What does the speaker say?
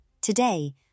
Today